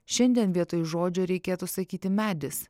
šiandien vietoj žodžių reikėtų sakyti medis